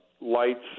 lights